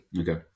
Okay